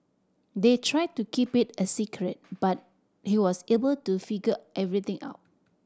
they tried to keep it a secret but he was able to figure everything out